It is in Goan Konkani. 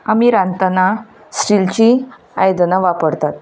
आमी रांदतना स्टीलचीं आयदनां वापरतात